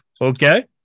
Okay